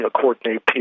coordinate